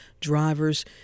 drivers